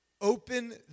open